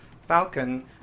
Falcon